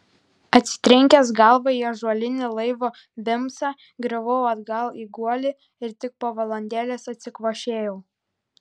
atsitrenkęs galva į ąžuolinį laivo bimsą griuvau atgal į guolį ir tik po valandėlės atsikvošėjau